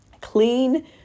clean